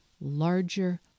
larger